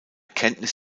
kenntnis